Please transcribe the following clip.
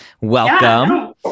Welcome